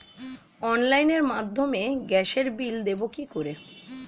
অনলাইনের মাধ্যমে গ্যাসের বিল দেবো কি করে?